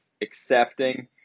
accepting